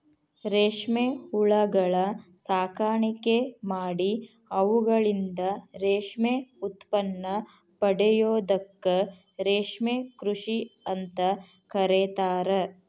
ರೇಷ್ಮೆ ಹುಳಗಳ ಸಾಕಾಣಿಕೆ ಮಾಡಿ ಅವುಗಳಿಂದ ರೇಷ್ಮೆ ಉತ್ಪನ್ನ ಪಡೆಯೋದಕ್ಕ ರೇಷ್ಮೆ ಕೃಷಿ ಅಂತ ಕರೇತಾರ